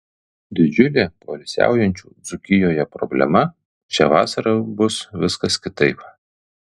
didžiulė poilsiaujančių dzūkijoje problema šią vasarą bus viskas kitaip